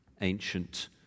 ancient